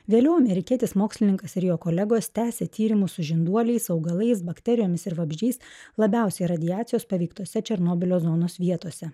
vėliau amerikietis mokslininkas ir jo kolegos tęsė tyrimus su žinduoliais augalais bakterijomis ir vabzdžiais labiausiai radiacijos paveiktose černobylio zonos vietose